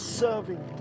serving